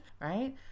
right